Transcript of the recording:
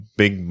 big